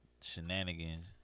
shenanigans